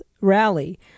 rally